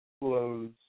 close